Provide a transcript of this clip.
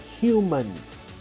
humans